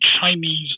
Chinese